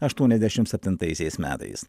aštuoniasdešimt septintaisiais metais